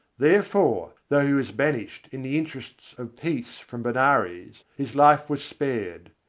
therefore, though he was banished in the interests of peace from benares, his life was spared.